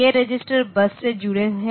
ये register bus से जुड़े हैं